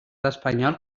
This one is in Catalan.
espanyol